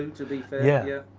to be fair. yeah yeah,